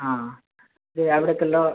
ആ ഇത് അവിടേക്കെല്ലാം